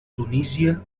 tunísia